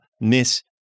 Miss